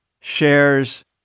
shares